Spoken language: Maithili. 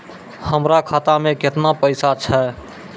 हमर खाता मैं केतना पैसा छह?